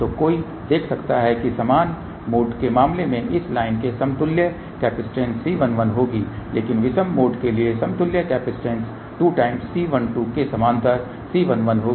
तो कोई देख सकता है कि समान मोड के मामले में इस लाइन के समतुल्य कैपेसिटेंसC11 होगी लेकिन विषम मोड के लिए समतुल्य कैपेसिटेंस 2C12 के समानांतर C11 होगी